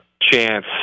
chance